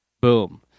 Boom